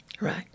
Right